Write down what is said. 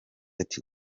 ati